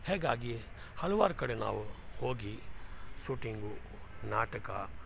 ಹೀಗಾಗಿ ಹಲ್ವಾರು ಕಡೆ ನಾವು ಹೋಗಿ ಸುಟಿಂಗು ನಾಟಕ